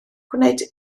gwneud